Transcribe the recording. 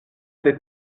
des